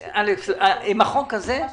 אלכס, עם החוק הזה אותו